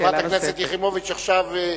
חברת הכנסת יחימוביץ עכשיו.